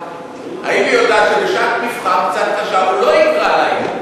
האם היא יודעת שבשעת מבחן קצת קשה הוא לא יקרא להם,